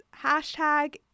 hashtag